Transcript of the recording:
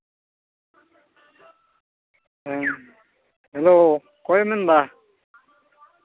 ᱦᱮᱸ ᱦᱮᱞᱳ ᱚᱠᱚᱭᱮᱢ ᱢᱮᱱᱫᱟ